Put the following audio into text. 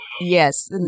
Yes